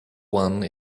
one